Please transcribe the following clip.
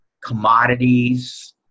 commodities